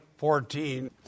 14